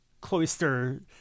cloister